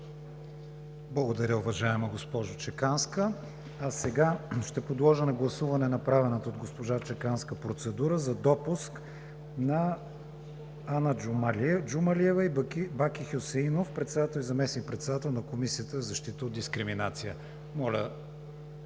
Благодаря, уважаема госпожо Чеканска. Сега ще подложа на гласуване, направената от госпожа Чеканска процедура за допуск, на Ана Джумалиева и Баки Хюсеинов – председател и заместник-председател на Комисията за защита от дискриминация. Моля,